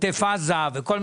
עוטף זה וכולי